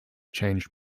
changed